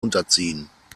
unterziehen